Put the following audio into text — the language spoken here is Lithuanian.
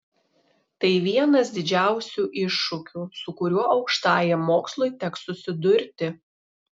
tai vienas didžiausių iššūkių su kuriuo aukštajam mokslui teks susidurti